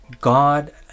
god